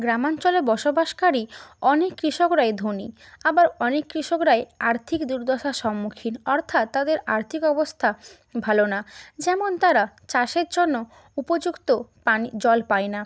গ্রামাঞ্চলে বসবাসকারী অনেক কৃষকরাই ধনী আবার অনেক কৃষকরাই আর্থিক দুর্দশার সম্মুখীন অর্থাৎ তাদের আর্থিক অবস্তা ভালো না যেমন তারা চাষের জন্য উপযুক্ত পানি জল পায় না